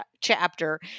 chapter